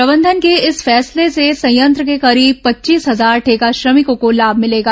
प्रबंधन के इस फैसले से संयंत्र के करीब पच्चीस हजार ठेका श्रमिकों को लाभ मिलेगा